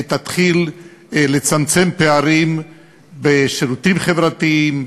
תתחיל לצמצם פערים בשירותים חברתיים,